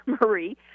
Marie